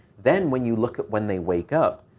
then, when you look at when they wake up,